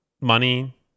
money